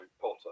Potter